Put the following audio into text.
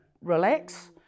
relax